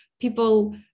People